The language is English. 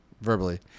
verbally